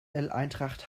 eintracht